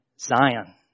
Zion